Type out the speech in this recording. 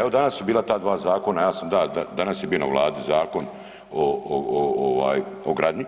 Evo danas su bila ta dva zakona, ja sam da, danas je bia na Vladi zakon o gradnji